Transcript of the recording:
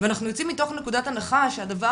ואנחנו יוצאים מתוך נקודת הנחה שהדבר